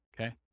Okay